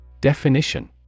Definition